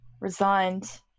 resigned